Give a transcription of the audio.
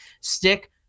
stick